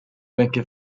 benché